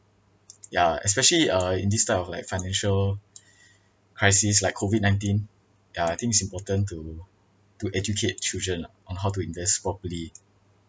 ya especially uh in this type of like financial crisis like COVID nineteen ya I think it's important to to educate children lah on how to invest properly